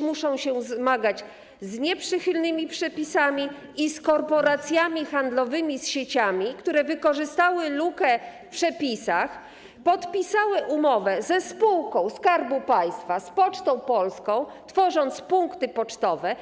muszą dziś zmagać się z nieprzychylnymi przepisami i z korporacjami handlowymi, z sieciami, które wykorzystały lukę w przepisach, podpisały umowy ze spółkami Skarbu Państwa, z Pocztą Polską, stworzyły punkty pocztowe.